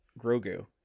Grogu